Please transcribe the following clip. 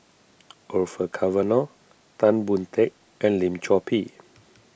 Orfeur Cavenagh Tan Boon Teik and Lim Chor Pee